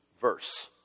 verse